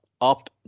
up